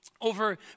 Over